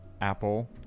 Apple